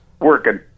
Working